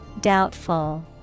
Doubtful